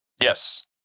yes